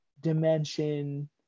dimension